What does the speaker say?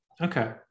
Okay